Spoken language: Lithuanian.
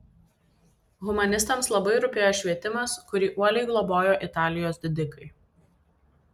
humanistams labai rūpėjo švietimas kurį uoliai globojo italijos didikai